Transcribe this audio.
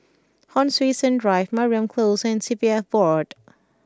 Hon Sui Sen Drive Mariam Close and C P F Board